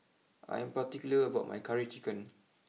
I am particular about my Curry Chicken